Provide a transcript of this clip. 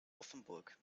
offenburg